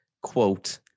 quote